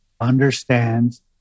understands